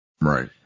Right